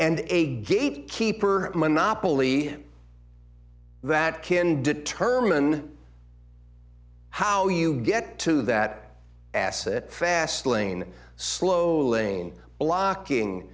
and a gate keeper monopoly that can determine how you get to that asset fast lane slow lane blocking